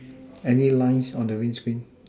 any lines on the wind screen